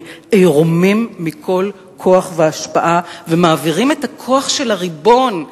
עירומים מכל כוח והשפעה ומעבירים את הכוח של הריבון,